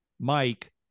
Mike